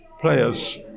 players